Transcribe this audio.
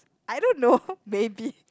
I don't know maybe